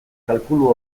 kalkulu